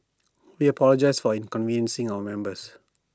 we apologise for inconveniencing our members